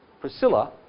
Priscilla